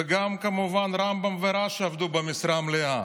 וגם כמובן רמב"ם ורש"י עבדו במשרה מלאה.